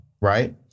right